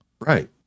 right